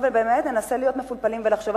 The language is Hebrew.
ובאמת ננסה להיות מפולפלים ולחשוב.